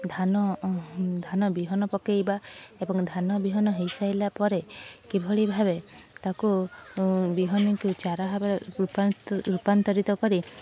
ଧାନ ଧାନ ବିହନ ପକାଇବା ଏବଂ ଧାନ ବିହନ ହୋଇସାରିଲା ପରେ କିଭଳି ଭାବେ ତାକୁ ବିହନକୁ ଚାରା ଭାବରେ ରୂପାନ୍ତରିତ କରି